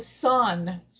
son